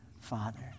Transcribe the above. father